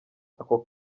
ako